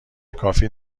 کافی